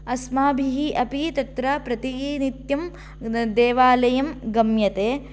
अस्माभिः अपि तत्र प्रतिनित्यं देवलायः गम्यते